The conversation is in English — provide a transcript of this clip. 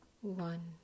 One